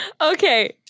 Okay